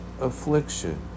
affliction